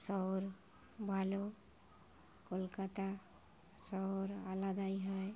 শহর ভালো কলকাতা শহর আলাদাই হয়